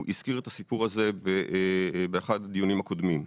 הזכיר את הסיפור הזה באחד הדיונים הקודמים.